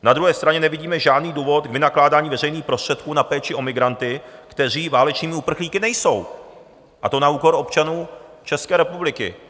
Na druhé straně nevidíme žádný důvod k vynakládání veřejných prostředků na péči o migranty, kteří válečnými uprchlíky nejsou, a to na úkor občanů České republiky.